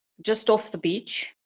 just off the beach,